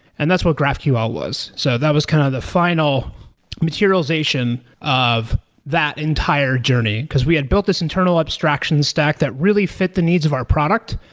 and that's what graphql was. so that was kind of the final materialization of that entire journey, because we had built this internal abstraction stack that really fit the needs of our product.